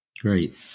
Great